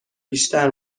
بیشتر